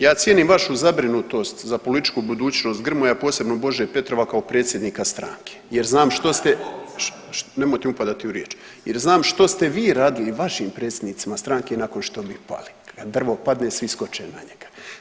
Ja cijenim vašu zabrinutost za političku budućnost Grmoja, posebno Bože Petrova kao predsjednika stranke jer znam što ste … [[Upadica se ne razumije.]] nemojte upadati u riječ, jer znam što ste vi radili vašim predsjednicima stranke nakon što bi pali, kad drvo padne svi skoče na njega.